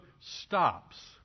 stops